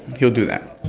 he'll do that.